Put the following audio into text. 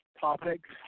topics